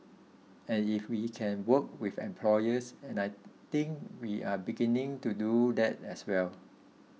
and if we can work with employers and I think we're beginning to do that as well